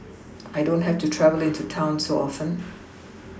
I don't have to travel into town so often